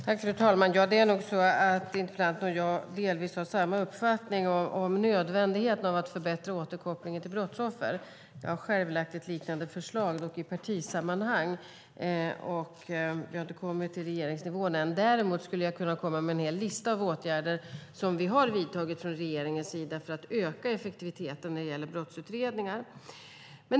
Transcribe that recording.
Fru talman! Det är nog så att interpellanten och jag delvis har samma uppfattning om nödvändigheten av att förbättra återkopplingen till brottsoffer. Jag har själv lagt fram ett liknande förslag, dock i partisammanhang. Det har inte kommit till regeringsnivån än. Däremot skulle jag kunna komma med en hel lista av åtgärder som vi har vidtagit från regeringens sida för att öka effektiviteten när det gäller brottsutredningar.